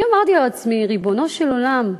אני אמרתי לעצמי: ריבונו של עולם,